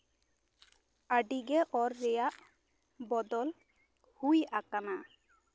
ᱟᱹᱰᱤᱜᱮ ᱚᱞ ᱨᱮᱭᱟᱜ ᱵᱚᱫᱚᱞ ᱦᱩᱭ ᱟᱠᱟᱱᱟ